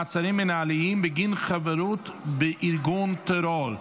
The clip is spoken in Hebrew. מעצרים מינהליים בגין חברות בארגון טרור),